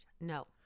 No